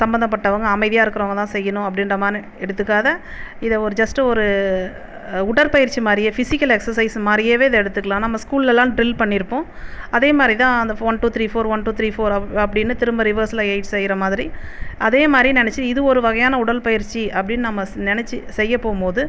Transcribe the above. சம்பந்தப்பட்டவங்க அமைதியாக இருக்கிறவங்கதான் செய்யணும் அப்படின்ற மாதிரி எடுத்துக்காம இதை ஒரு ஜஸ்ட் ஒரு உடற்பயிற்சி மாதிரியே ஃபிஸிக்கல் எக்சசைஸ் மாதிரியேவே இதை எடுத்துக்கலாம் நம்ம ஸ்கூலெல்லாம் ட்ரில் பண்ணியிருப்போம் அதே மாதிரிதான் அந்த one two three four one two three four அப்படின்னு திரும்ப ரிவர்ஸில் எய்ட் செய்கிற மாதிரி அதே மாதிரி நினச்சி இது ஒரு வகையான உடற்பயிற்சி அப்படின்னு நம்ம நினச்சி செய்யப்போகும்போது